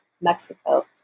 Mexico